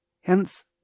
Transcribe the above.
Hence